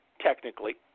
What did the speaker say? technically